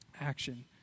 action